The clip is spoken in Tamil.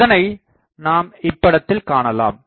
அதனை நாம் இப்படத்தில் காணலாம்